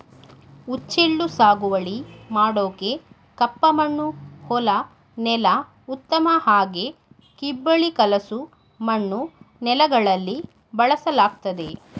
ಹುಚ್ಚೆಳ್ಳು ಸಾಗುವಳಿ ಮಾಡೋಕೆ ಕಪ್ಪಮಣ್ಣು ಹೊಲ ನೆಲ ಉತ್ತಮ ಹಾಗೆ ಕಿಬ್ಬಳಿ ಕಲಸು ಮಣ್ಣು ನೆಲಗಳಲ್ಲಿ ಬೆಳೆಸಲಾಗ್ತದೆ